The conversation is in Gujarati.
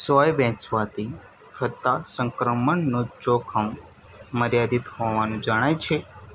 સોય વહેંચવાથી થતા સંક્રમણનું જોખમ મર્યાદિત હોવાનું જણાય છે